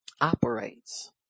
operates